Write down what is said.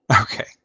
Okay